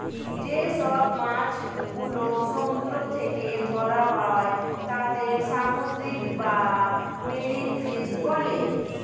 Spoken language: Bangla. যে সব মাছ গুলো সমুদ্র থেকে ধরা হয় তাদের সামুদ্রিক বা মেরিন ফিশ বলে